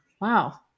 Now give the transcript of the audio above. Wow